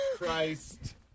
Christ